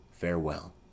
Farewell